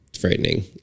frightening